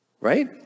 Right